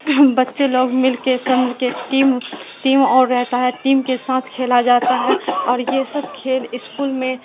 بچے لوگ مل کے سب مل کے ٹیم ٹیم اور رہتا ہے ٹیم کے ساتھ کھیلا جاتا ہے اور یہ سب کھیل اسکول میں